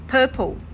Purple